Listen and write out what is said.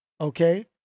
Okay